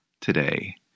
today